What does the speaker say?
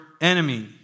enemy